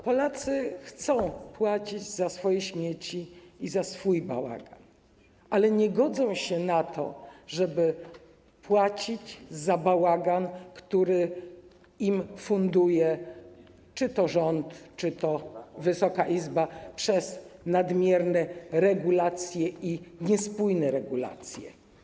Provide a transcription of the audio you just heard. Polacy chcą płacić za swoje śmieci i za swój bałagan, ale nie godzą się na to, żeby płacić za bałagan, który im funduje czy to rząd, czy to Wysoka Izba, przez nadmierne i niespójne regulacje.